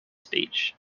speech